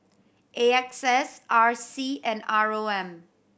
A X S R C and R O M